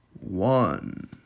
one